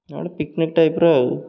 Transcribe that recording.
ଗୋଟେ ପିକ୍ନିକ୍ ଟାଇପ୍ର ଆଉ